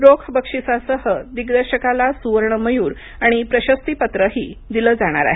रोख बक्षीसासह दिग्दर्शकाला सुवर्ण मयूर आणि प्रशस्तीपत्रही दिलं जाणार आहे